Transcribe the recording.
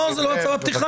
לא, זו לא הצהרת פתיחה.